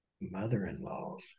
Mother-in-law's